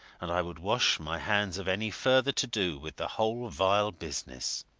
and i would wash my hands of any further to-do with the whole vile business.